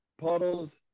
Puddles